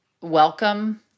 welcome